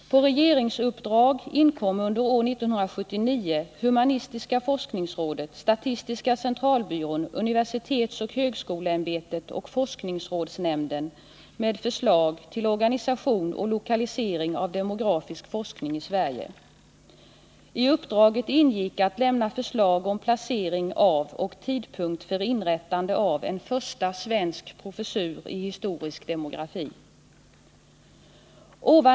På regeringsuppdrag inkom under år 1979 humanistiska forskningsrådet, statistiska centralbyrån, universitetsoch högskoleämbetet och forskningsrådsnämnden med förslag till organisation och lokalisering av demografisk forskning i Sverige. I uppdraget ingick att lämna förslag om placering av och tidpunkt för inrättande av en första svensk professur i historisk demografi.